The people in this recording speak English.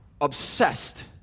obsessed